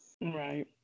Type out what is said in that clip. Right